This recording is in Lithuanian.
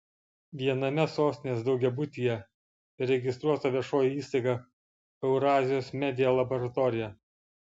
viename sostinės daugiabutyje įregistruota viešoji įstaiga eurazijos media laboratorija